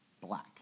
black